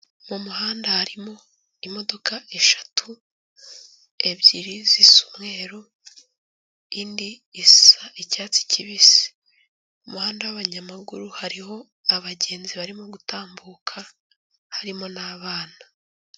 Mu muhanda harimo imodoka eshatu ebyiri zisa umweru indi isa icyatsi kibisi, umuhanda w'abanyamaguru hariho abagenzi barimo gutambuka harimo n'abana.